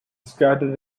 scattered